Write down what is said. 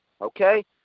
okay